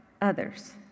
others